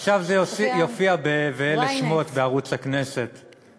עכשיו זה יופיע ב"ואלה שמות" בערוץ הכנסת.